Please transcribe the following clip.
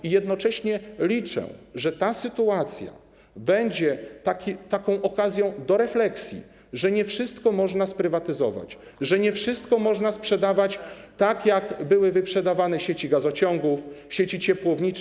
I jednocześnie liczę, że ta sytuacja będzie taką okazją do refleksji, że nie wszystko można sprywatyzować, że nie wszystko można sprzedawać, tak jak były wyprzedawane sieci gazociągów, sieci ciepłownicze.